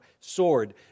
sword